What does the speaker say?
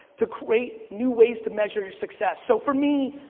to create new ways to measure success. so for me,